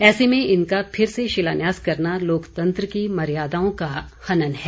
ऐसे में इनका फिर से शिलान्यास करना लोकतंत्र की मर्यादाओं का हनन है